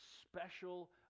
special